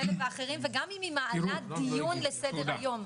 וגם אם היא מעלה דיון לסדר-היום.